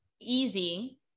easy-